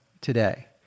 today